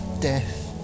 death